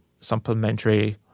supplementary